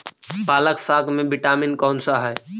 पालक साग में विटामिन कौन सा है?